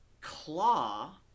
claw